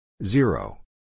Zero